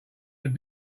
had